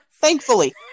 thankfully